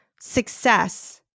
success